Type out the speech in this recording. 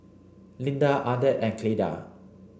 Lynda Ardeth and Cleda